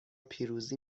پیروزی